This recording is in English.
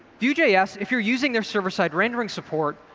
vue js, if you're using their server side rendering support,